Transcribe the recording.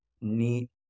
neat